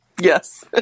Yes